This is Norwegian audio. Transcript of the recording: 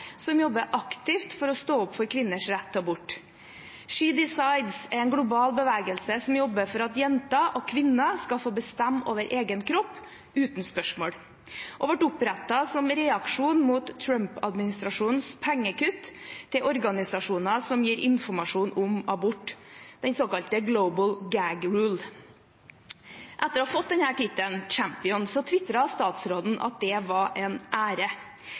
som jobber aktivt for og står opp for kvinners rett til abort. She Decides er en global bevegelse som jobber for at jenter og kvinner skal få bestemme over egen kropp, uten spørsmål, og ble opprettet som en reaksjon mot Trump-administrasjonens pengekutt til organisasjoner som gir informasjon om abort, den såkalte Global Gag Rule. Etter å ha fått tittelen champion tvitret statsråden at det var en ære.